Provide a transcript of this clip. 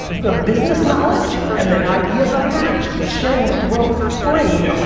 the business knowledge and the ideas i have i'm sharing them with the world for free. yep.